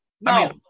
No